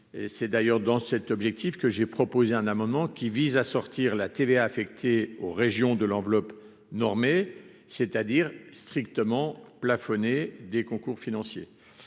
c'est d'ailleurs dans cet objectif que j'ai proposé un amendement qui vise à sortir la TVA affectée aux régions de l'enveloppe normée c'est-à-dire strictement plafonné des concours financiers